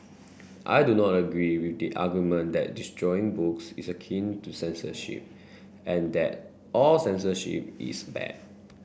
I do not agree with the argument that destroying books is akin to censorship and that all censorship is bad